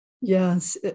Yes